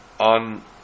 on